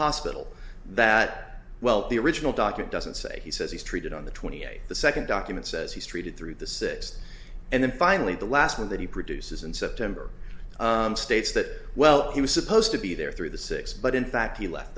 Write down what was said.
hospital that well the original docket doesn't say he says he's treated on the twenty eighth the second document says he's treated through the six and then finally the last one that he produces in september states that well he was supposed to be there through the six but in fact he left